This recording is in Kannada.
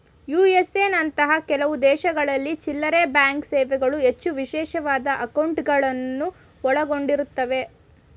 ಯು.ಎಸ್.ಎ ನಂತಹ ಕೆಲವು ದೇಶಗಳಲ್ಲಿ ಚಿಲ್ಲ್ರೆಬ್ಯಾಂಕ್ ಸೇವೆಗಳು ಹೆಚ್ಚು ವಿಶೇಷವಾದ ಅಂಕೌಟ್ಗಳುನ್ನ ಒಳಗೊಂಡಿರುತ್ತವೆ